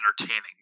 entertaining